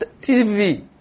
TV